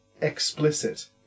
explicit